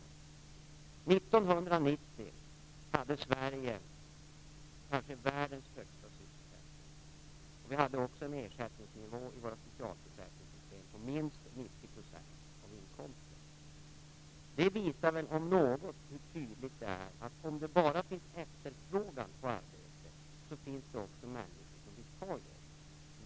1990 hade Sverige kanske världens högsta sysselsättningsnivå, och vi hade också en ersättningsnivå i våra socialförsäkringssystem på minst 90 % av inkomsten. Det om något visar väl att om det bara finns efterfrågan på arbete så finns det också människor som vill ta jobben.